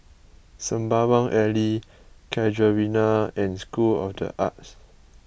Sembawang Alley Casuarina and School of the Arts